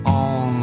on